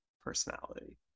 personality